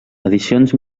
edicions